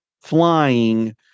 Flying